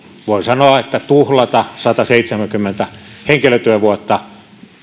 voi sanoa tuhlata sataseitsemänkymmentä henkilötyövuotta